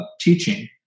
teaching